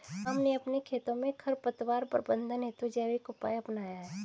राम ने अपने खेतों में खरपतवार प्रबंधन हेतु जैविक उपाय अपनाया है